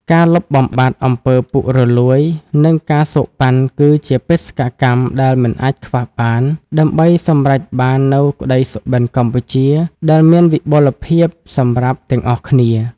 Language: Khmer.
ការលុបបំបាត់ អំពើពុករលួយ និង ការសូកប៉ាន់ គឺជាបេសកកម្មដែលមិនអាចខ្វះបាន ដើម្បីសម្រេចបាននូវ "ក្តីសុបិនកម្ពុជា" ដែលមានវិបុលភាពសម្រាប់ទាំងអស់គ្នា។